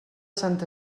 sant